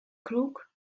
crook